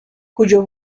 cuyo